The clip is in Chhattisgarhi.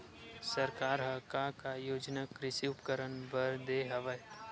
सरकार ह का का योजना कृषि उपकरण बर दे हवय?